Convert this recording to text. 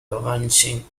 advancing